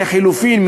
לחלופין,